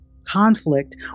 Conflict